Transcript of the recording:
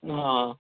ہاں